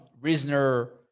Risner